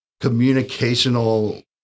communicational